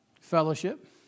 Fellowship